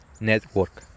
Network